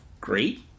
great